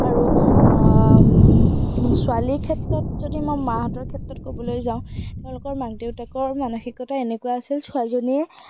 আৰু ছোৱালীৰ ক্ষেত্ৰত যদি আমি আমাৰ মাহঁতৰ ক্ষেত্ৰত ক'বলৈ যাওঁ তেওঁলোকৰ মাক দেউতাকৰ মানসিকতা এনেকুৱা আছিল ছোৱালীজনীয়ে